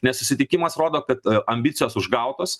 nes susitikimas rodo kad ambicijos užgautos